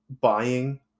buying